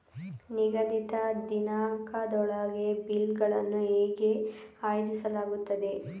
ನಿಗದಿತ ದಿನಾಂಕದೊಳಗೆ ಬಿಲ್ ಗಳನ್ನು ಹೇಗೆ ಆಯೋಜಿಸಲಾಗುತ್ತದೆ?